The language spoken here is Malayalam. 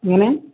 എങ്ങനെ